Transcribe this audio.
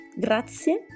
Grazie